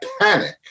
panic